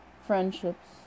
friendships